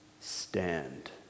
Stand